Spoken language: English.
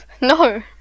No